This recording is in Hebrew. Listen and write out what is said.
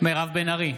מירב בן ארי,